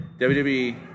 WWE